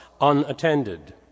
unattended